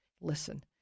Listen